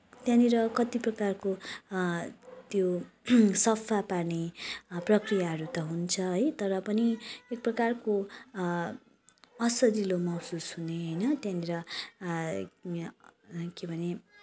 त्यहाँनिर कति प्रकारको त्यो सफा पानी प्रक्रियाहरू त हुन्छ है तर पनि एक प्रकारको असजिलो महसुस हुने होइन त्यहाँनिर के भने